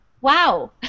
wow